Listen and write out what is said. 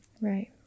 Right